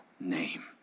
name